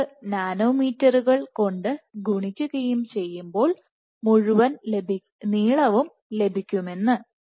38 നാനോമീറ്ററുകൾ കൊണ്ട് ഗുണിക്കുകയും ചെയ്യുമ്പോൾ മുഴുവൻനീളവും ലഭിക്കുമെന്നത്